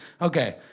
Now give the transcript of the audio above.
Okay